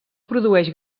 produeix